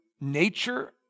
Nature